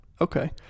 Okay